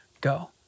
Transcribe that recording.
go